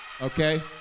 Okay